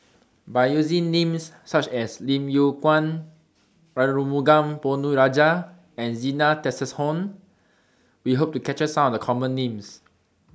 By using Names such as Lim Yew Kuan Arumugam Ponnu Rajah and Zena Tessensohn We Hope to capture Some of The Common Names